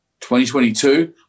2022